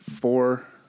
four